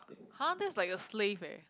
!huh! that's like a slave eh